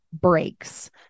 breaks